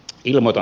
ilmoita